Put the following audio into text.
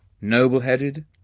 Noble-headed